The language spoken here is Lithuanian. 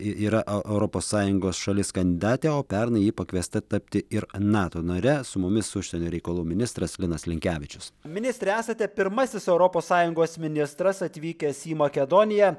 yra europos sąjungos šalis kandidatė o pernai ji pakviesta tapti ir nato nare su mumis užsienio reikalų ministras linas linkevičius ministre esate pirmasis europos sąjungos ministras atvykęs į makedoniją